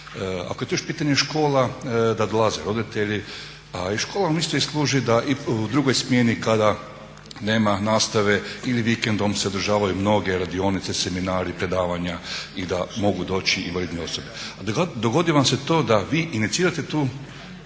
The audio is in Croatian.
Ako je tu još pitanje škola da dolaze roditelji, a i škola isto služi u drugoj smjeni kada nema nastave ili vikendom se održavaju mnoge radionice, seminari, predavanja i da mogu doći invalidne osobe. Dogodi vam se to da vi inicirate tu